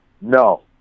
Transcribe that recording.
No